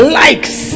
likes